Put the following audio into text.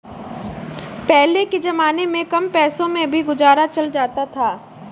पहले के जमाने में कम पैसों में भी गुजारा चल जाता था